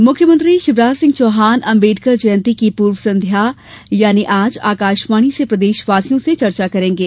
दिल से मुख्यमंत्री शिवराज सिंह चौहान अम्बेडकर जयंती की पूर्व संध्या पर आज आकाशवाणी से प्रदेशवासियों से चर्चा करेंगे